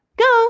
go